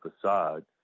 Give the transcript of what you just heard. facade